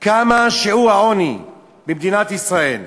וכמה הוא שיעור העוני במדינת ישראל: